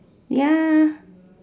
ya